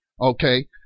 Okay